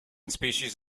species